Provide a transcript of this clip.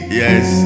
yes